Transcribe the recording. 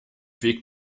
weg